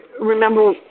remember